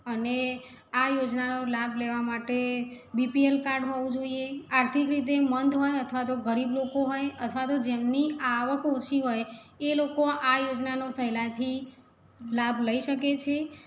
અને આ યોજનાનો લાભ લેવા માટે બી પી એલ કાર્ડ હોવું જોઈએ આર્થિક રીતે મંદ હોય અથવા તો ગરીબ લોકો હોય અથવા તો જેમની આવક ઓછી હોય એ લોકો આ યોજના નો સહેલાઈથી લાભ લઇ શકે છે